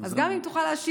אז גם אם תוכל להשיב,